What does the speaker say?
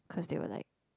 because they were like